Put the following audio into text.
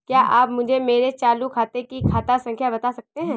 क्या आप मुझे मेरे चालू खाते की खाता संख्या बता सकते हैं?